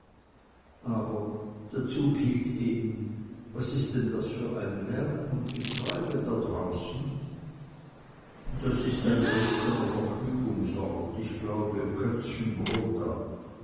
aber der zug hielt eben was ist denn das für ein lärm und getreibe da draußen das ist ein dresdener vergnügungsort ich glaube kötzschenbroda